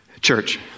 Church